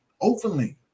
openly